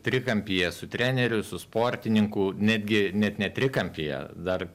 trikampyje su treneriu su sportininku netgi net ne trikampyje dar